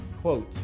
quote